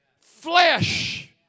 Flesh